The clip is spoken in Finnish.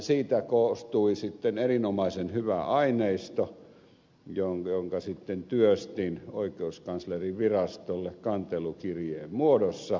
siitä koostui erinomaisen hyvä aineisto jonka sitten työstin oikeuskanslerinvirastolle kantelukirjeen muodossa